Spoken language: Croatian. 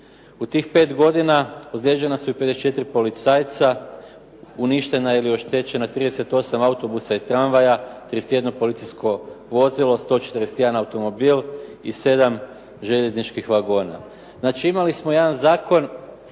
U tih 5 godina, ozlijeđena su i 54 policajca, uništena ili oštećena 38 autobusa i tramvaja, 31 policijsko vozilo, 141 automobil i 7 željezničkih vagona. Znači imali smo jedan zakon